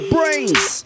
Brains